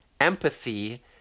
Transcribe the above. empathy